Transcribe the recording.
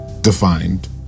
defined